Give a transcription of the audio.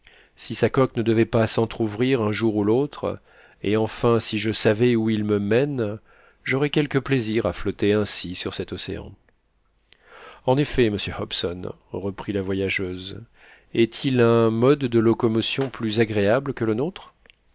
si sa coque ne devait pas s'entrouvrir un jour ou l'autre et enfin si je savais où il me mène j'aurais quelque plaisir à flotter ainsi sur cet océan en effet monsieur hobson reprit la voyageuse est-il un mode de locomotion plus agréable que le nôtre